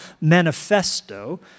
manifesto